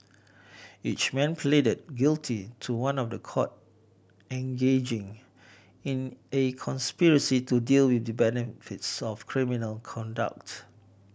each man pleaded guilty to one of the count engaging in a conspiracy to deal with the benefits of criminal conduct